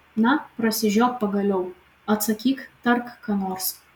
na prasižiok pagaliau atsakyk tark ką nors